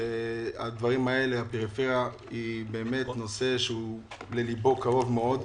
שהפריפריה הוא נושא שקרוב מאוד ללבו.